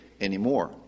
anymore